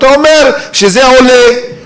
אתה אומר שזה עולה.